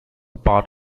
part